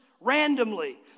Randomly